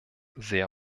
sehr